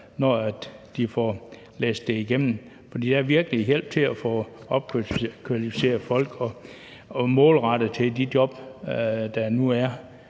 når de får læst det igennem. For der er virkelig hjælp til at få opkvalificeret folk målrettet til de job, der nu er,